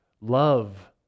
love